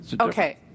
Okay